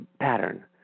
pattern